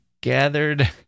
gathered